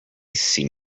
seem